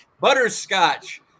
Butterscotch